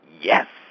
Yes